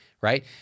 right